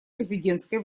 президентской